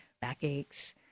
backaches